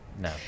No